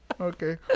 Okay